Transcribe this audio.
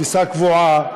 תפיסה קבועה,